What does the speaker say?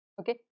okay